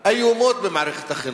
איומות במערכת החינוך.